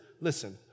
listen